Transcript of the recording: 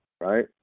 right